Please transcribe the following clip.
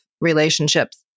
relationships